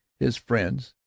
his friends,